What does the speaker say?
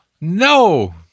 No